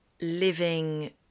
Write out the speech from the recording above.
living